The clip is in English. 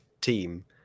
team